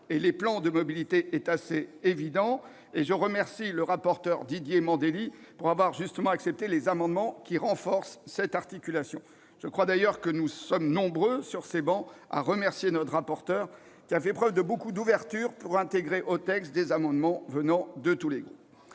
les plans de mobilité est assez évident, et je remercie le rapporteur Didier Mandelli d'avoir accepté les amendements tendant à renforcer cette articulation. Je crois d'ailleurs que nous sommes nombreux, sur ces travées, à le remercier, lui qui a fait preuve d'une grande ouverture pour intégrer au texte des amendements venant de tous les groupes.